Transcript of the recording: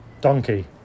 Donkey